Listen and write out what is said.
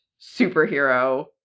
superhero